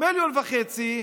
מיליון וחצי,